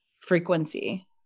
frequency